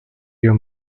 your